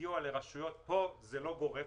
סיוע לרשויות פה זה לא גורף,